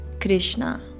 Krishna